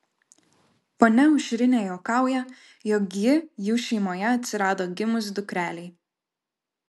ponia aušrinė juokauja jog ji jų šeimoje atsirado gimus dukrelei